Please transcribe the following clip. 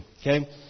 okay